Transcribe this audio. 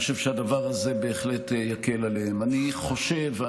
אני חושב שהדבר הזה בהחלט יקל עליהם.